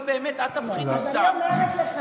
דודי יפגע בנשים?